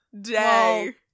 day